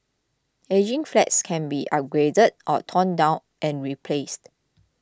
ageing flats can be upgraded or torn down and replaced